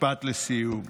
משפט לסיום.